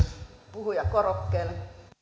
puhujakorokkeelle